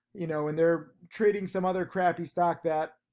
you know, and they're trading some other crappy stock that,